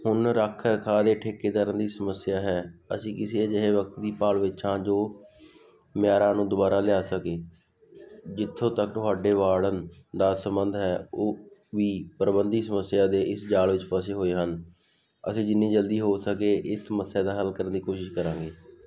ਹੁਣ ਰੱਖ ਰਖਾਅ ਦੇ ਠੇਕੇਦਾਰਾਂ ਦੀ ਸਮੱਸਿਆ ਹੈ ਅਸੀਂ ਕਿਸੇ ਅਜਿਹੇ ਵਿਅਕਤੀ ਦੀ ਭਾਲ ਵਿੱਚ ਹਾਂ ਜੋ ਮਿਆਰਾਂ ਨੂੰ ਦੁਬਾਰਾ ਲਿਆ ਸਕੇ ਜਿੱਥੋਂ ਤੱਕ ਤੁਹਾਡੇ ਵਾਰਡਨ ਦਾ ਸਬੰਧ ਹੈ ਉਹ ਵੀ ਪ੍ਰਬੰਧਕੀ ਸਮੱਸਿਆਵਾਂ ਦੇ ਇਸ ਜਾਲ ਵਿੱਚ ਫਸੇ ਹੋਏ ਹਨ ਅਸੀਂ ਜਿੰਨੀ ਜਲਦੀ ਹੋ ਸਕੇ ਇਸ ਸਮੱਸਿਆ ਦਾ ਹੱਲ ਕਰਨ ਦੀ ਕੋਸ਼ਿਸ਼ ਕਰਾਂਗੇ